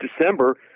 December